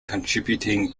contributing